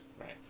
Right